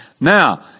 Now